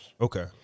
Okay